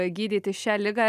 gydyti šią ligą